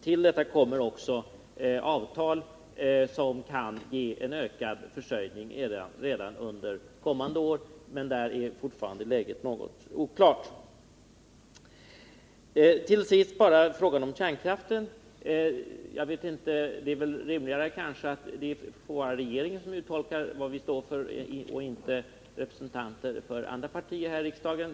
Till detta kommer också avtal, som kan ge en ökad försörjning redan under kommande år, men där är fortfarande läget något oklart. Till sist frågan om kärnkraften. Det är väl kanske rimligare att det får vara regeringen som uttolkar vad vi står för och inte representanter för andra partier i riksdagen.